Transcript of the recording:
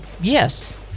Yes